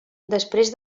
després